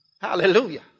Hallelujah